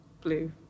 blue